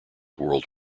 world